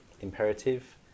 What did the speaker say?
imperative